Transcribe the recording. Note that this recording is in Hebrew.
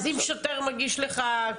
אז אם שוטר מגיש קבילה?